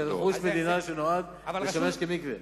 זה רכוש מדינה שנועד לשמש כמקווה.